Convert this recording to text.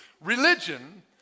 religion